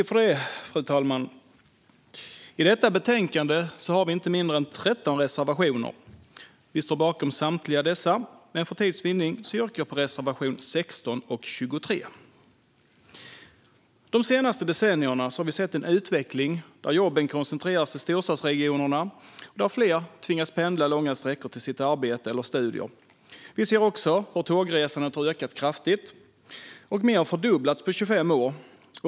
Fru talman! I detta betänkande har vi inte mindre än 13 reservationer. Vi står bakom samtliga dessa, men för tids vinnande yrkar jag bifall bara till reservationerna 16 och 23. De senaste decennierna har vi sett en utveckling där jobben koncentreras till storstadsregionerna och där fler tvingas pendla långa sträckor till sitt arbete eller studier. Vi ser också hur tågresandet ökat kraftigt och mer än fördubblats på 25 år.